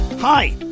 Hi